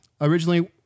Originally